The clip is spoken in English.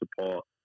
support